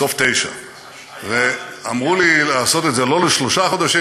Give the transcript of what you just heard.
סוף 2009. סוף 09'. אמרו לי לעשות את זה לא לשלושה חודשים,